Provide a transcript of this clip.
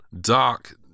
dark